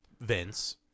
Vince